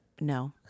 no